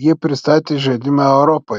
jie pristatė žaidimą europai